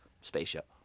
spaceship